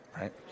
Right